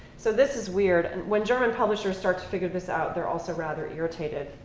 so this is weird. and when german publishers start to figure this out, they're also rather irritated,